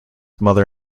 mother